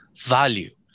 value